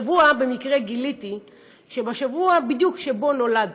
השבוע במקרה גיליתי שבדיוק בשבוע שבו נולדתי,